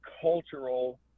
cultural